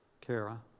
Kara